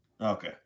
Okay